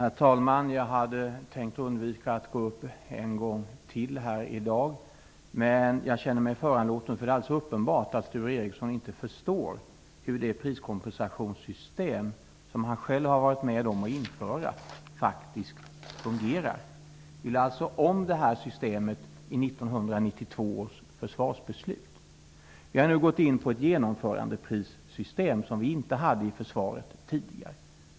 Herr talman! Jag hade tänkt undvika att gå upp en gång till i debatten i dag. Men jag känner mig föranlåten därför att det är alldeles uppenbart att Sture Ericson inte förstår hur det priskompensationssystem som han själv har varit med om att införa faktiskt fungerar. Vi lade alltså om det här systemet i 1992 års försvarsbeslut. Vi har nu gått in i ett genomförandeprissystem som vi inte hade i försvaret tidigare.